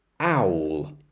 owl